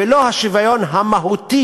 ולא השוויון המהותי